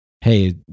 hey